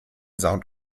sound